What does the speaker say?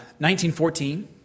1914